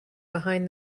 behind